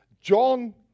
John